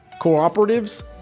cooperatives